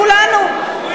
כולנו,